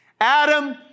Adam